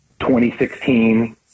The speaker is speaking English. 2016